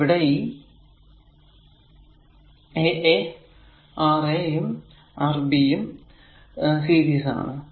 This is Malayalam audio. ഇവിടെ ഈ a a Ra യും Rb സീരീസ് ആണ്